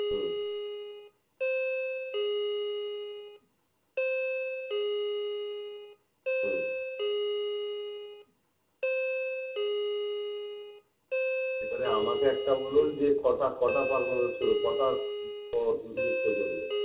হুম হুম এবারে আমাকে একটা বলুন যে কটা কটা পারফরমেন্স করবে কটা ও করবে